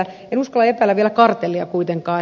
en uskalla epäillä vielä kartellia kuitenkaan